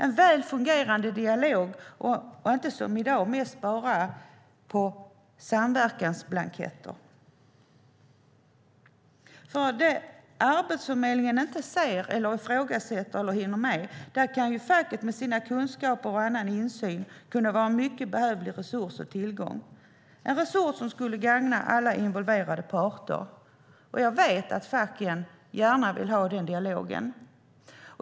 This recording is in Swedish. En väl fungerande dialog behövs. I dag sker den mest bara via samverkansblanketter. Det som Arbetsförmedlingen inte ser, ifrågasätter eller hinner med kan ju facket med sina kunskaper och annan insyn hjälpa till med. Det skulle vara en mycket behövlig resurs och tillgång som skulle gagna alla involverade parter. Jag vet att facken gärna vill ha den dialogen.